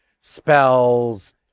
spells